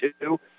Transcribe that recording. two